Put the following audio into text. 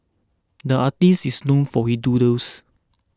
the artist is known for his doodles